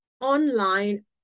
online